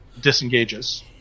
disengages